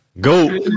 Go